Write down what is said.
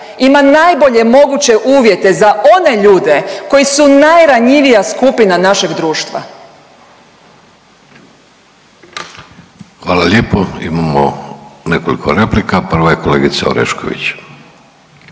ima najbolje moguće uvjete za one ljude koji su najranjivija skupina našeg društva. **Vidović, Davorko (Socijaldemokrati)** Hvala lijepo. Imamo nekoliko replika. Prva je kolegica Orešković.